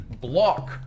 block